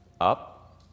up